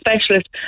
specialist